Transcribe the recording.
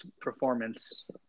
performance